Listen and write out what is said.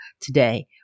today